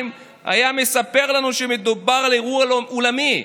היה מספר לנו שמדובר על אירוע עולמי.